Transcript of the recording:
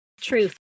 truth